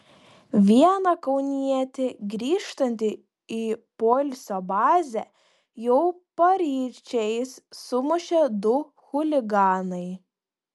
vieną kaunietį grįžtantį į poilsio bazę jau paryčiais sumušė du chuliganai